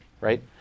right